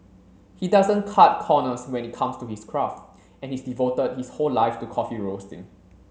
he doesn't cut corners when it comes to his craft and he's devoted his whole life to coffee roasting